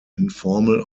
informal